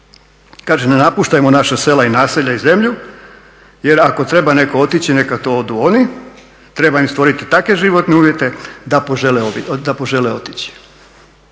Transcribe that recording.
Kaže ne napuštajmo naša sela, naselja i zemlju jer ako treba netko otići neka to odu oni, treba im stvoriti takve životne uvjete da požele otići.